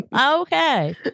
Okay